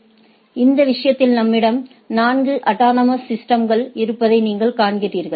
எனவே இந்த விஷயத்தில் நம்மிடம் 4 அட்டானமஸ் சிஸ்டம்கள் இருப்பதை நீங்கள் காண்கிறீர்கள்